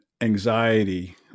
anxiety